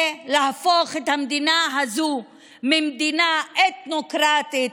זה להפוך את המדינה הזאת ממדינה אתנוקרטית,